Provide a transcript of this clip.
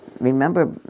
remember